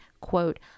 quote